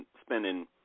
spending